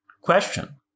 question